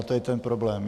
A to je ten problém.